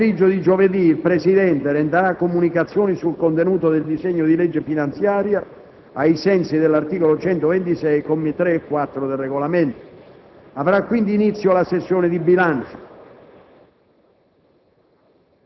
Nel pomeriggio di giovedì il Presidente renderà comunicazioni sul contenuto del disegno di legge finanziaria, ai sensi dell'articolo 126, commi 3 e 4, del Regolamento. Avrà quindi inizio la sessione di bilancio: